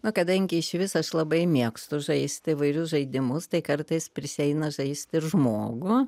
nu kadangi išvis aš labai mėgstu žaist įvairius žaidimus tai kartais prisieina žaist ir žmogų